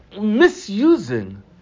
misusing